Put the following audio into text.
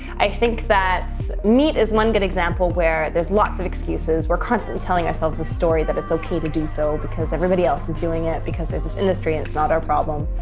i think that meat is one good example where there's lots of excuses. we're constantly telling ourselves a story that it's okay to do so because everybody else was doing it. because there's this industry and it's not our problem.